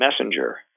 Messenger